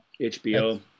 HBO